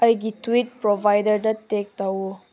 ꯑꯩꯒꯤ ꯇ꯭ꯋꯤꯠ ꯄ꯭ꯔꯣꯚꯥꯏꯗꯔꯗ ꯇꯦꯛ ꯇꯧꯋꯣ